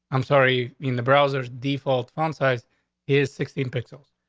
i'm sorry. in the browsers default font size is sixteen pixels.